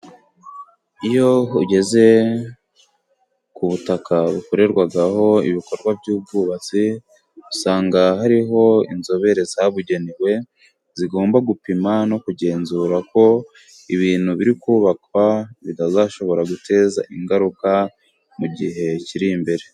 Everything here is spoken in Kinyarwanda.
Iyo ugeze ku butaka bukorerwaho ibikorwa by'ubwubatsi usanga hariho inzobere zabugenewe, zigomba gupima no kugenzura ko ibintu biri kubakwa bitazashobora guteza ingaruka mu gihe kiri imbere.